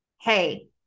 hey